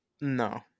No